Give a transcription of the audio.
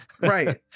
Right